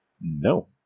No